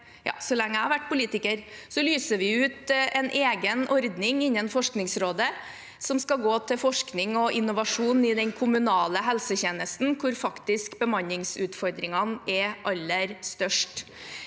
så lenge jeg har vært politiker, og lyser ut en egen ordning innen Forskningsrådet som skal gå til forskning og innovasjon i den kommunale helsetjenesten, hvor bemanningsutfordringene faktisk er aller størst.